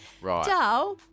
right